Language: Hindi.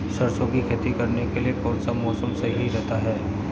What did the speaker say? सरसों की खेती करने के लिए कौनसा मौसम सही रहता है?